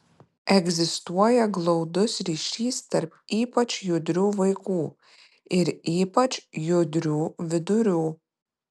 egzistuoja glaudus ryšys tarp ypač judrių vaikų ir ypač judrių vidurių